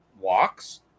walks